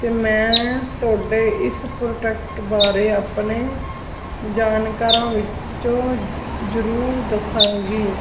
ਅਤੇ ਮੈਂ ਤੁਹਾਡੇ ਇਸ ਪ੍ਰੋਡਕਟ ਬਾਰੇ ਆਪਣੇ ਜਾਣਕਾਰਾਂ ਵਿੱਚ ਜ਼ਰੂਰ ਦੱਸਾਂਗੀ